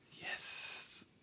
Yes